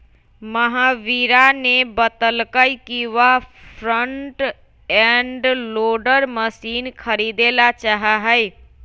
महावीरा ने बतल कई कि वह फ्रंट एंड लोडर मशीन खरीदेला चाहा हई